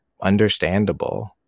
understandable